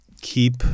keep –